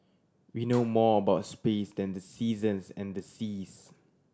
we know more about space than the seasons and the seas